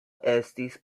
estis